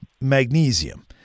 magnesium